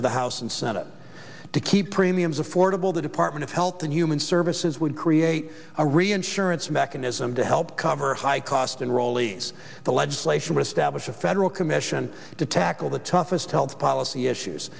of the house and senate to keep premiums affordable the department of health and human services would create a reinsurance mechanism to help cover high cost and rowley's the legislation were established a federal commission to tackle the toughest health policy issues